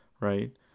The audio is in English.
right